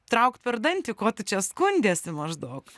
traukt per dantį ko tu čia skundiesi maždaug